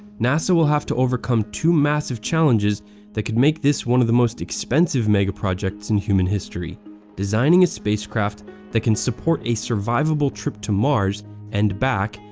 nasa will have to overcome two massive challenges that could make this one of the most expensive megaprojects in human history designing a spacecraft that can support a survivable trip to mars and back,